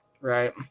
Right